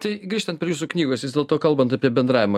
tai grįžtant prie jūsų knygos vis dėlto kalbant apie bendravimą